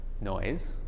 noise